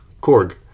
Korg